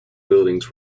buildings